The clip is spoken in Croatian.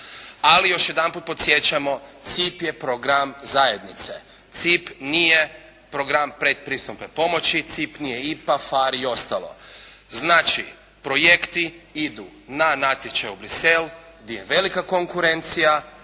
ali još jedanput podsjećamo CIP je program zajednice. CIP nije program predpristupne pomoći, CIP nije IPA, PHARE i ostalo. Znači, projekti idu na natječaj u Bruxelles gdje je velika konkurencija